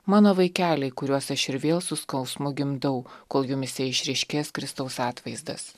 mano vaikeliai kuriuos aš ir vėl su skausmu gimdau kol jumyse išryškės kristaus atvaizdas